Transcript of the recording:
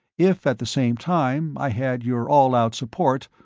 if at the same time i had your all out support,